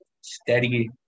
steady